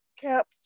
cap